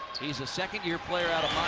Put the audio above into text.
he's a second year player out of